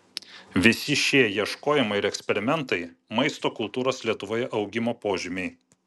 visi šie ieškojimai ir eksperimentai maisto kultūros lietuvoje augimo požymiai